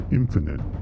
infinite